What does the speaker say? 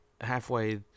halfway